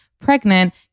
pregnant